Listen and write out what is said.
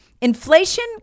Inflation